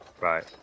right